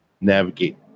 navigate